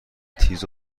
تیز